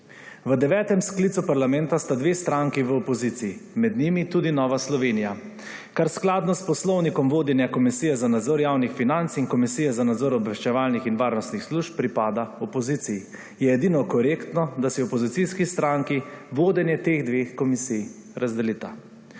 V devetem sklicu parlamenta sta dve stranki v opoziciji, med njimi tudi Nova Slovenija. Ker skladno s poslovnikom vodenje Komisije za nadzor javnih financ in Komisije za nadzor obveščevalnih in varnostnih služb pripada opoziciji, je edino korektno, da si opozicijski stranki vodenje teh dveh komisij razdelita.